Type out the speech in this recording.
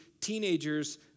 teenagers